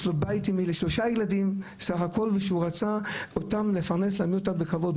יש לו בית עם שלושה ילדים סך הכול שהוא רצה אותם לפרנס בכבוד,